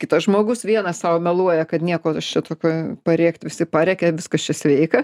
kitas žmogus vienas sau meluoja kad nieko aš čia tokio parėkt visi parėkia viskas čia sveika